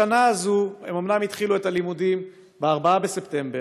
השנה הזאת הם אומנם התחילו את הלימודים ב-4 בספטמבר.